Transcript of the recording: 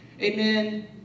amen